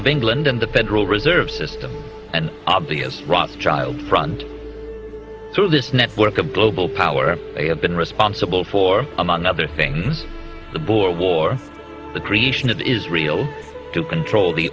of england and the federal reserve system and obvious rothschild front through this network of global power they have been responsible for among other things the boer war the creation of israel to control the